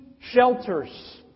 shelters